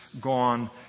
gone